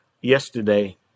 yesterday